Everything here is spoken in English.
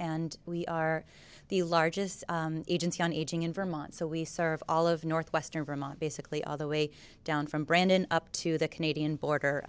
and we are the largest agency on aging in vermont so we serve all of northwestern vermont basically all the way down from brandon up to the canadian border